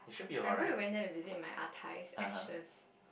I remember you went there to visit my ah-tai's ashes